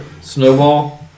Snowball